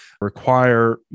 require